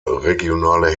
regionale